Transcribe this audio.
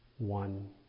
One